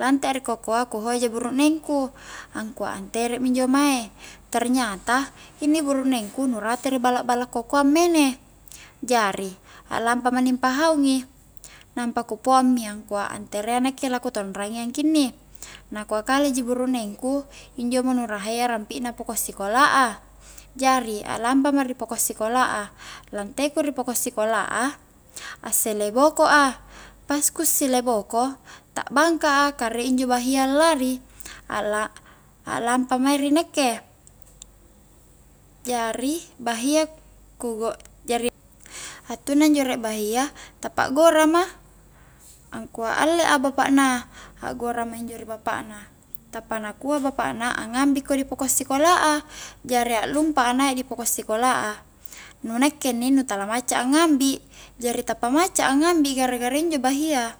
Lantea di kokoa ku hojai burukneng ku angkua natere mi injo mae, ternyata inni burukneng ku nu rate ri balla-balla kokoa ammene, jari aklampa ma inni ampahaung i nampa ku paoang mi angkua ntere a nakke la ku tonrangiang ki inni nakua kale ji burukneng ku injo mo nu raha iya rampina poko' sikola' a jari a'lampa ma ri poko' sikola a, lanteku ri poko' sikola' a, assaile boko a, pas ku saile boko ta'bangka a ka rie injo bahia allari a'la-a'lampa mae ri nakke jari bahia ku go jari hatunna injo riek bahia tappa gora ma angkua alle a bapak na a'gora ma injo di bapak na tappa nakua bapakna angngambi ko dipoko' sikola' a jari aklumpa a naik di poko' sikola' a, nu nakke inni nu tala macca a ngambi, jari tappa macca a ngambi gara-gara injo bahia